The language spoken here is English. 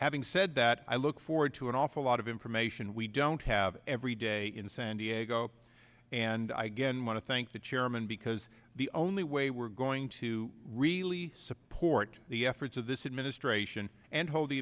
having said that i look forward to an awful lot of information we don't have every day in san diego and i again want to thank the chairman because the only way we're going to really support the efforts of this administration and hold the